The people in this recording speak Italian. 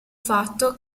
fatto